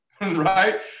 right